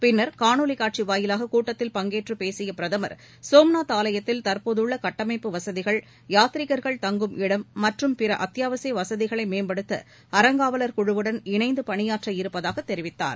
பின்னா் காணொலி காட்சி வாயிலாக கூட்டத்தில் பங்கேற்று பேசிய பிரதம் சோம்நாத் ஆலயத்தில் தற்போதுள்ள கட்டமைப்பு வசதிகள் யாத்திரிகர்கள் தங்கும் இடம் மற்றும் பிற அத்தியாவசிய வசதிகளை மேம்படுத்த அறங்காவலர் குழுவுடன் இணைந்து பணியாற்ற இருப்பதாக தெரிவித்தார்